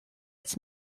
its